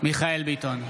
מיכאל מרדכי ביטון,